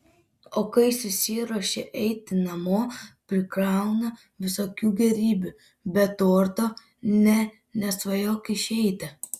o kai susiruošia eiti namo prikrauna visokių gėrybių be torto nė nesvajok išeiti